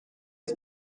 his